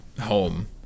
home